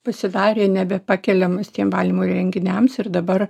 pasidarė nebepakeliamas tiem valymo įrenginiams ir dabar